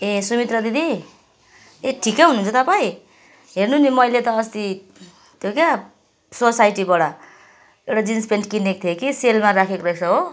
ए सुमित्र दिदी ए ठिकै हुनुहुन्छ तपाईँ हेर्नु नि मैले त अस्ति त्यो क्या सोसाइटीबाट एउटा जिन्स पेन्ट किनेको थिएँ कि सेलमा राखेको रहेछ हो